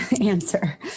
answer